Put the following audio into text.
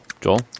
Joel